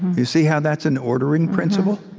you see how that's an ordering principle?